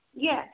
Yes